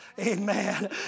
Amen